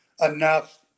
enough